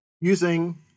using